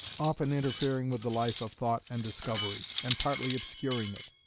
often interfering with the life of thought and discovery, and partly obscuring it,